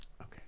Okay